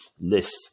list